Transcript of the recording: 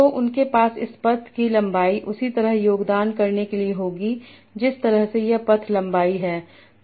तो उनके पास इस पथ की लंबाई उसी तरह योगदान करने के लिए होगी जिस तरह से यह पथ लंबाई है